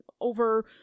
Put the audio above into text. over